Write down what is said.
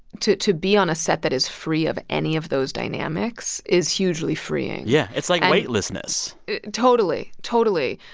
to to be on a set that is free of any of those dynamics is hugely freeing yeah, it's like weightlessness totally, totally.